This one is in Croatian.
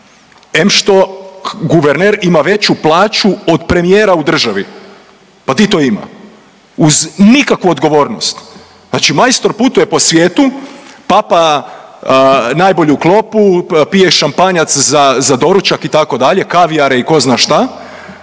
Em što guverner ima veću plaću od premijera u državi, pa di to ima uz nikakvu odgovornost? Znači majstor putuje po svijetu, papa najbolju klopu, pije šampanjac za doručak, itd., kavijare i tko zna šta,